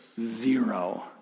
zero